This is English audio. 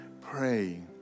Pray